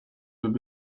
would